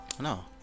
No